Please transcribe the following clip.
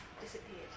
disappeared